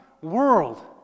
world